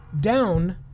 Down